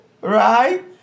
Right